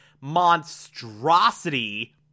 monstrosity